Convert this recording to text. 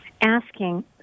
asking